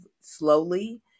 slowly